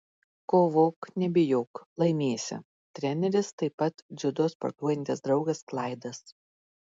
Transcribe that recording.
kovok nebijok laimėsi treneris taip pat dziudo sportuojantis draugas klaidas